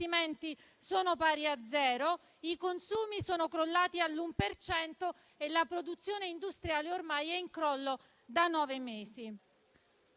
sono pari a zero, i consumi sono crollati all'1 per cento e la produzione industriale ormai è in crollo da nove mesi.